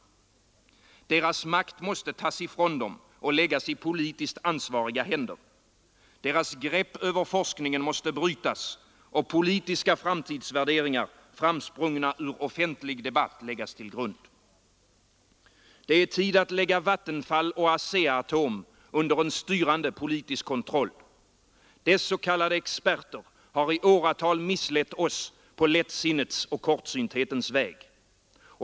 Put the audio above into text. Deras makt måste tas ifrån dem och läggas i politiskt ansvariga händer. Deras grepp över forskningen måste brytas och politiska framtidsvärderingar framsprungna ur offentlig debatt läggas till grund. Det är tid att lägga Vattenfall och ASEA-Atom under en styrande politisk kontroll. Deras s.k. experter har i åratal misslett oss på lättsinnets och kortsynthetens väg.